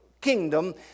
kingdom